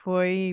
Foi